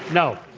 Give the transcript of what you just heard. no.